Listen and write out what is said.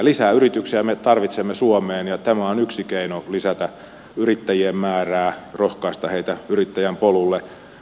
lisää yrityksiä me tarvitsemme suomeen ja tämä on yksi keino lisätä yrittäjien määrää rohkaista heitä yrittäjän polulle